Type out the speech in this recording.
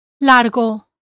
largo